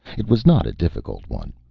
it was not a difficult one.